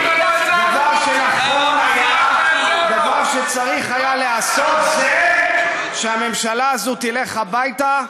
הדבר שצריך היה להיעשות זה שהממשלה הזאת תלך הביתה,